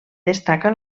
destaca